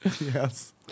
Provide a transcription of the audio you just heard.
Yes